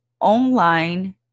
online